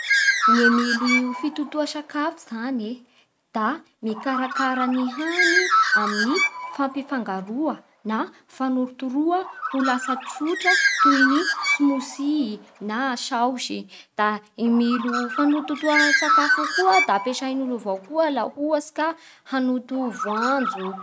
Ny milo io fantotoa sakafo zany e da mikarakara ny hany amin'ny fampifangaroa na fanorotoroa ho lasa tsotra toy ny smoothie na saosy. Da i milo fantotoa sakafo io koa da ampiasain'olo avao koa laha ohatsy ka hanoto voanjo.